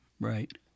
Right